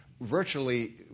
virtually